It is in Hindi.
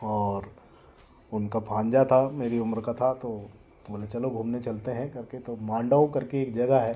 और उनका भांजा था मेरी उम्र का था तो तो बोले चलो घूमने चलते हैं करके तो मांडव करके एक जगह है